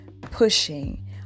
pushing